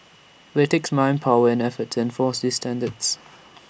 but IT takes manpower and effort to enforce these standards